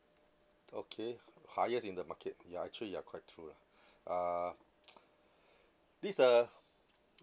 okay highest in the market ya actually ya quite true lah uh this uh